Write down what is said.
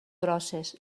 grosses